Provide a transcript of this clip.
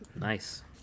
Nice